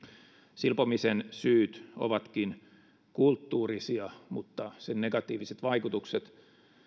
silpomisen syyt ovatkin kulttuurisia mutta sen negatiiviset vaikutukset